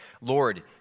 Lord